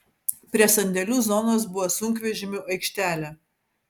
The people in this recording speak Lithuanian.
prie sandėlių zonos buvo sunkvežimių aikštelė